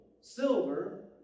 silver